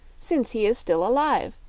since he is still alive.